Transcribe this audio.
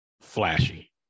flashy